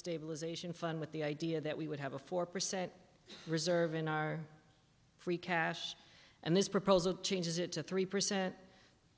stabilization fund with the idea that we would have a four percent reserve in our free cash and this proposal changes it to three percent